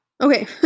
Okay